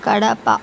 Kadapa